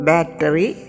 Battery